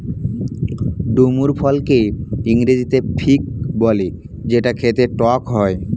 ডুমুর ফলকে ইংরেজিতে ফিগ বলে যেটা খেতে টক হয়